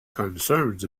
concerns